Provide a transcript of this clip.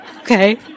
Okay